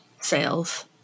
sales